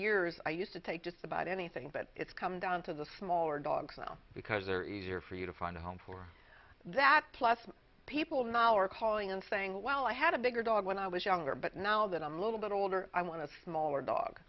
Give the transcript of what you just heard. years i used to take just about anything but it's come down to the smaller dogs well because they're easier for you to find a home for that plus people now are calling and saying well i had a bigger dog when i was younger but now that i'm a little bit older i want to smaller dog